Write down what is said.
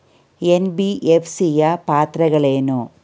NBFC ಯ ಪಾತ್ರಗಳೇನು?